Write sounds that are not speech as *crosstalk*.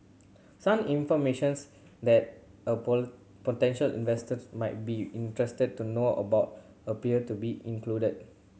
some information *unintelligible* that a *unintelligible* potential investor might be interested to know about appear to be included